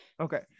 Okay